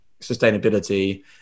sustainability